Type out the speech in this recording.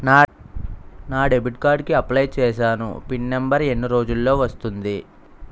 నా debit card కి apply చూసాను పిన్ నంబర్ ఎన్ని రోజుల్లో వస్తుంది?